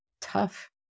tough